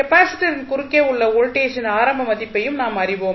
கெப்பாசிட்டரின் குறுக்கே உள்ள வோல்டேஜின் ஆரம்ப மதிப்பையும் நாம் அறிவோம்